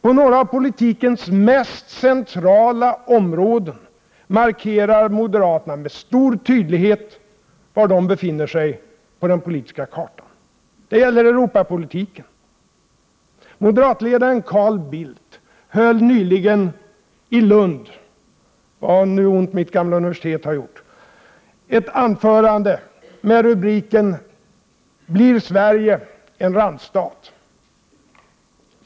På några av politikens mest centrala områden markerar moderaterna med stor tydlighet var de befinner sig på den politiska kartan. Det gäller Europapolitiken. Moderatledaren Carl Bildt höll nyligen i Lund — vad ont har mitt gamla universitet nu gjort? — ett anförande med rubriken ”Blir Sverige en randstat?”.